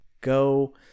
go